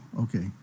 okay